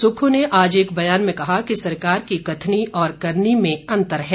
सुक्खू ने आज एक बयान में कहा कि सरकार की कथनी और करनी में अन्तर है